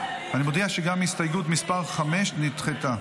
אני מודיע שגם הסתייגות מס' 5 נדחתה.